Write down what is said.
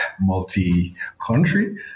multi-country